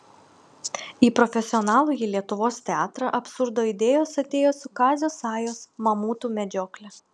į profesionalųjį lietuvos teatrą absurdo idėjos atėjo su kazio sajos mamutų medžiokle